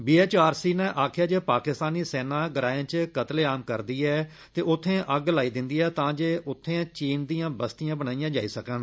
बी H R C नै आक्खेआ ऐ जे पाकिस्तानी सेना ग्राएं च कत्लेआम करदी ऐ ते उत्थें अग्ग लाई दिंदी ऐ तां जे उत्थें चीन दियां बस्तियां बनाइयां जाई सकन